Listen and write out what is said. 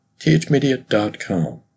thmedia.com